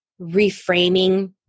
reframing